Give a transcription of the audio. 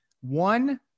one